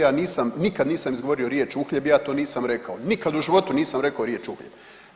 Ja nikad nisam izgovorio riječ uhljeb, ja to nisam rekao, nikad u životu nisam rekao riječ uhljeb.